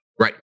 right